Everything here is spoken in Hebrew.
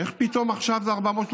איך פתאום זה 432?